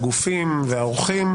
הגופים והאורחים,